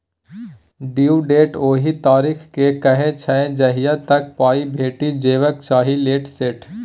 due date ओहि तारीख केँ कहय छै जहिया तक पाइ भेटि जेबाक चाही लेट सेट